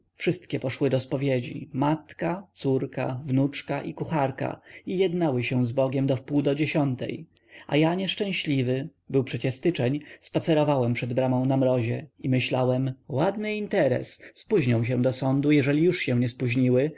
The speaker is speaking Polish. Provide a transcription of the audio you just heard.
wszystkie poszły do spowiedzi matka córka wnuczka i kucharka i jednały się z bogiem do wpół do dziesiątej a ja nieszczęśliwy był przecie styczeń spacerowałem przed bramą na mrozie i myślałem ładny interes spóźnią się do sądu jeżeli się już nie spóźniły